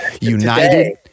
United